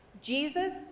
Jesus